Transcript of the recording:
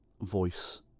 voice